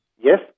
Yes